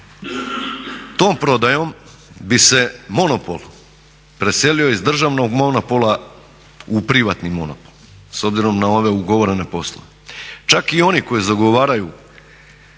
Tom prodajom bi se monopol preselio iz državnog monopola u privatni monopol, s obzirom na ove ugovorene poslove. čak i oni koji zagovaraju